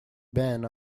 been